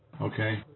Okay